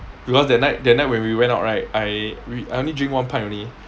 because that night that night when we went out right I re~ I only drink one pint only